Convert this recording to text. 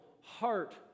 heart